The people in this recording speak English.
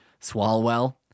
Swalwell